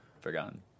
forgotten